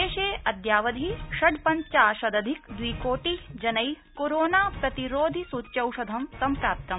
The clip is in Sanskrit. देशे अदयावधि षड्पंचाशदधिक दवि कोटि जनै कोरोना प्रतिरोधि सूच्यौषधं सम्प्राप्तम्